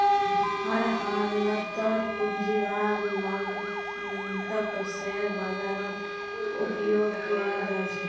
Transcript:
हर हालतत पूंजीर लागतक शेयर बाजारत उपयोग कियाल जा छे